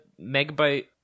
Megabyte